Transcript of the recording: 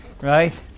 right